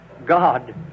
God